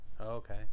Okay